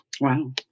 Wow